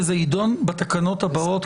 וזה יידון בתקנות הבאות.